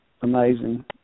amazing